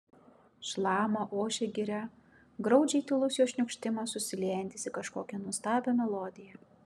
šlama ošia giria graudžiai tylus jos šniokštimas susiliejantis į kažkokią nuostabią melodiją